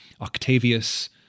Octavius